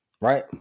right